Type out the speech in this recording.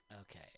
Okay